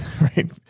right